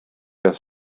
das